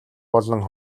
болон